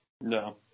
No